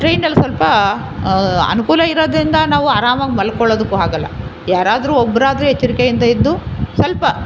ಟ್ರೈನಲ್ಲಿ ಸ್ವಲ್ಪ ಅನುಕೂಲ ಇರೋದರಿಂದ ನಾವು ಆರಾಮ್ವಾಗಿ ಮಲ್ಕೊಳ್ಳೋದಕ್ಕೂ ಆಗಲ್ಲ ಯಾರಾದರೂ ಒಬ್ಬರಾದ್ರೂ ಎಚ್ಚರಿಕೆಯಿಂದ ಇದ್ದು ಸ್ವಲ್ಪ